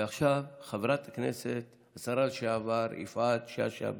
עכשיו חברת הכנסת השרה לשעבר יפעת שאשא ביטון.